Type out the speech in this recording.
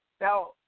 Now